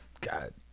God